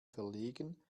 verlegen